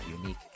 unique